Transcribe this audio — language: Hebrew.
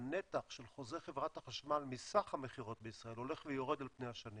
הנתח של חוזה חברת החשמל מסך המכירות בישראל הולך ויורד על פני השנים